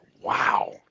wow